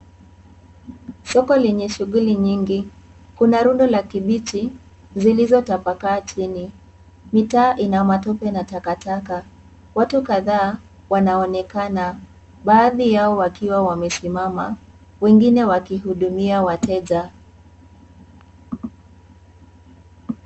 Soko lenye shughuli nyingi kuna rundo la kibiti zilizotapakaa chini, mitaa ina matope na takataka, watu kadhaa wanaonekana baadhi yao wakiwa wamesimama wengine wakihudumia wateja.